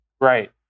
Right